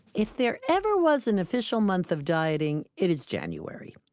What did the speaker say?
if there ever was an official month of dieting, it is january.